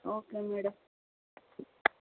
okay madam